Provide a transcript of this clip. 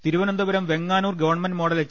Thiruvananthapuram Venganoor government model H